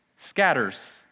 Scatters